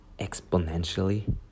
Exponentially